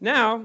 Now